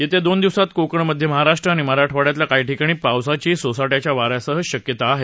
येत्या दोन दिवसात कोकण मध्य महाराष्ट्र आणि मराठवाडयातल्या काही ठिकाणी पावसाची सोसाट्याच्या वा याची शक्यता आहे